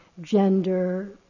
gender